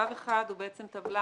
שלב אחד הוא בעצם טבלה